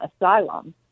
asylum